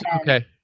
Okay